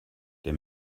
der